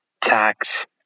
tax